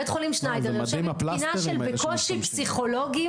לבית חולים שניידר רשומה תקינה של בקושי פסיכולוגים.